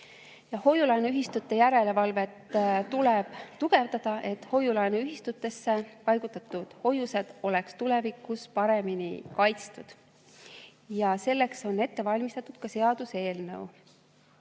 Hoiu-laenuühistute järelevalvet tuleb tugevdada, et hoiu-laenuühistutesse paigutatud hoiused oleksid tulevikus paremini kaitstud. Selleks on ette valmistatud ka seaduseelnõu.